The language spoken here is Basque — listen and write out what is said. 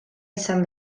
izan